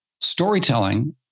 storytelling